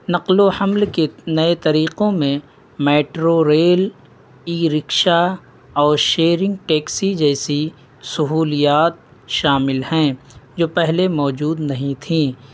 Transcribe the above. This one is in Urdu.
نقل و حمل کے نئے طریقوں میں میٹرو ریل ای رکشا اور شیئرنگ ٹیکسی جیسی سہولیات شامل ہیں جو پہلے موجود نہیں تھیں